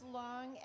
long